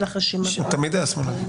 הוא תמיד היה שמאלני.